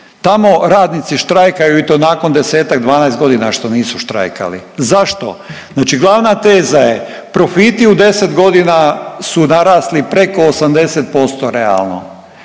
Tamo radnici štrajakaju i to nakon 10ak, 12 godina što nisu štrajkali. Zašto? Znači glavna teza je profiti u 10 godina su narasli preko 80% realno.